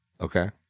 Okay